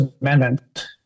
Amendment